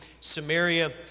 Samaria